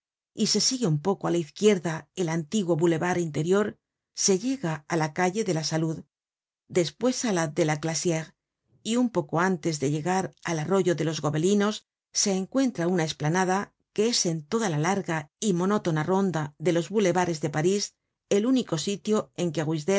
y se sigue un poco á la izquierda el antiguo boulevard interior se llega á la calle de la salud después á la de la ftlaeiére y un poco antes de llegar al arroyo de los gobelinos se encuentra una esplanada que es en toda la larga y monótona ronda de los boulevares de parís el único sitio en que